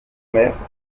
mère